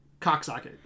Cocksocket